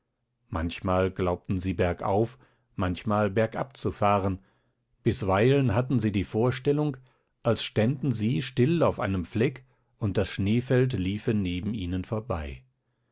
manchmal glaubten sie bergauf manchmal bergab zu fahren bisweilen hatten sie die vorstellung als ständen sie still auf einem fleck und das schneefeld liefe neben ihnen vorbei